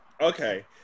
okay